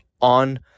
on